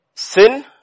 Sin